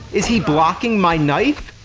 is he blocking my knife?